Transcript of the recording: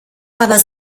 aber